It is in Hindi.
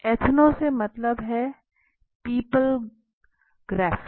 एथनो से मतलब है पीपल ग्राफी